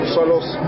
Solos